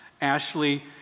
Ashley